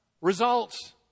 results